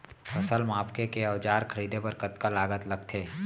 फसल मापके के औज़ार खरीदे बर कतका लागत लगथे?